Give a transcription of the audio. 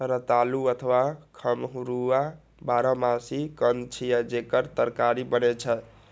रतालू अथवा खम्हरुआ बारहमासी कंद छियै, जेकर तरकारी बनै छै